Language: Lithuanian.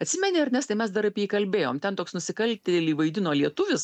atsimeni ernestai mes dar apie jį kalbėjom ten toks nusikaltėlį vaidino lietuvis